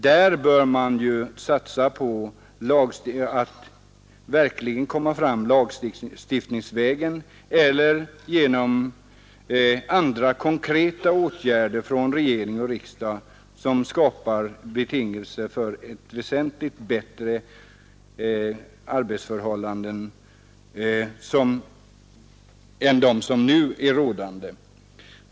Där bör man satsa på att verkligen komma fram lagstiftningsvägen eller genom andra konkreta åtgärder från regering och riksdag som skapar betingelser för väsentligt bättre arbetsförhållanden än de nu rådande.